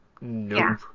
Nope